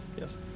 Yes